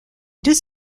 deux